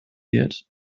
wird